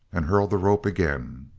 and hurled the rope again.